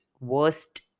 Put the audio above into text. worst